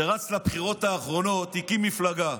שרץ לבחירות האחרונות, הקים מפלגה.